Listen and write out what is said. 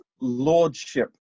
Lordship